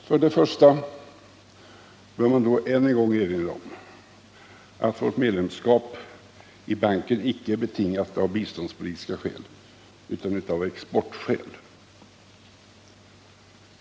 För det första bör man än en gång erinra om att vårt medlemskap i banken icke är betingat av biståndspolitiska skäl utan av exportskäl.